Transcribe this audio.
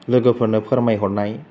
लोगोफोरनो फोरमायहरनाय